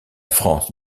france